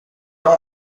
donc